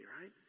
right